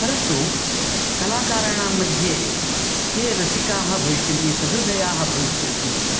परन्तु कलाकाराणां मध्ये ये रसिकाः भविष्यन्ति सहृदयाः भविष्यन्ति